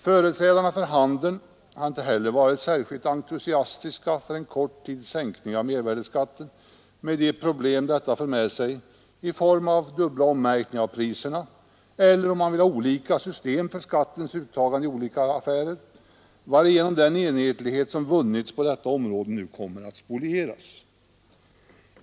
Företrädarna för handeln har inte heller varit särskilt entusiastiska för en kort tids sänkning av mervärdeskatten med de problem detta för med sig i form av dubbla ommärkningar av priserna eller kanske i form av olika system för skattens uttagande i olika affärer, varigenom den enhetlighet som vunnits på detta område nu kommer att spolieras.